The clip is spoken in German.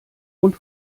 und